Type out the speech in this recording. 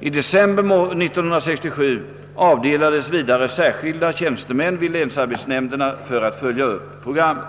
I december 1967 avdelades vidare särskilda tjänstemän vid länsarbetsnämnderna för att följa upp programmet.